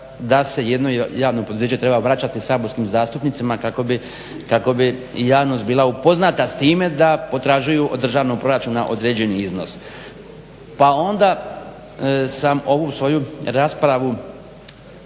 da se jedno javno poduzeće treba vraćati saborskim zastupnicima kako bi javnost bila upoznata s time da potražuju od državnog proračuna određeni iznos. Pa onda sam ovu svoju raspravu